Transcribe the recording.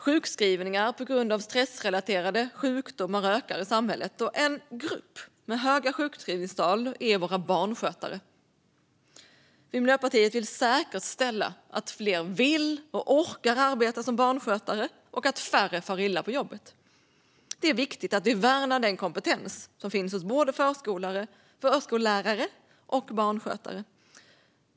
Sjukskrivningar på grund av stressrelaterade sjukdomar ökar i samhället, och en grupp med höga sjukskrivningstal är våra barnskötare. Vi i Miljöpartiet vill säkerställa att fler vill och orkar arbeta som barnskötare och att färre far illa på jobbet. Det är viktigt att vi värnar den kompetens som finns hos både förskollärare och barnskötare.